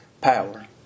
power